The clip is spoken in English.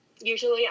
usually